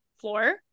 floor